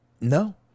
no